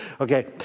Okay